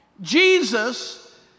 Jesus